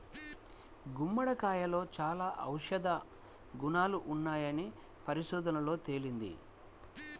గుమ్మడికాయలో చాలా ఔషధ గుణాలున్నాయని పరిశోధనల్లో తేలింది